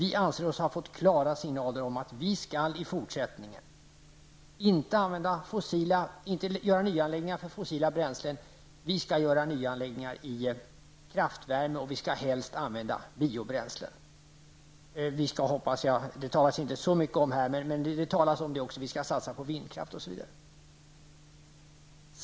I fortsättningen skall det inte göras nya anläggningar för fossila bränslen utan de skall göras för kraftvärme och helst för användning av biobränslen. Det talas också, om än inte så mycket, om att satsa på vindkraft, osv.